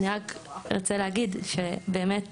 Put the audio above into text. בגלל